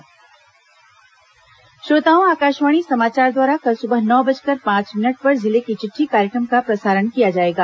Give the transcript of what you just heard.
जिले की चिटठी श्रोताओं आकाशवाणी समाचार द्वारा कल सुबह नौ बजकर पांच मिनट पर जिले की चिट्ठी कार्यक्रम का प्रसारण किया जाएगा